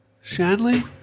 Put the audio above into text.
Shanley